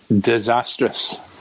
disastrous